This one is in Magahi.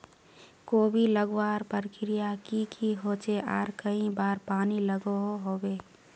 कोबी लगवार प्रक्रिया की की होचे आर कई बार पानी लागोहो होबे?